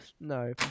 No